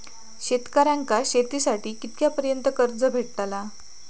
शेतकऱ्यांका शेतीसाठी कितक्या पर्यंत कर्ज भेटताला?